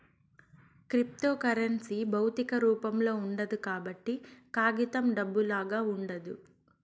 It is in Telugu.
క్రిప్తోకరెన్సీ భౌతిక రూపంలో ఉండదు కాబట్టి కాగితం డబ్బులాగా ఉండదు